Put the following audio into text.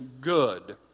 good